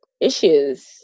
issues